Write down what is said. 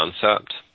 concept